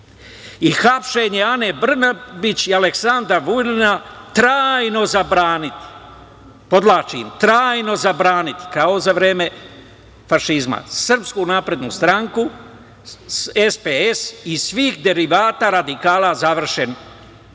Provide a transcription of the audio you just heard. i hapšenje Ane Brnabić i Aleksandra Vulina, trajno zabraniti, podvlačim, trajno zabraniti, kao za vreme fašizma, SNS, SPS i svih derivata radikala. Završen